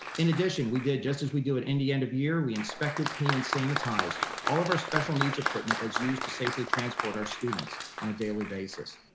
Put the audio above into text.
in addition, we did just as we do at the end of year, we inspected, cleaned and sanitized all of our special needs equipment that's used to safely transport our students on a daily basis.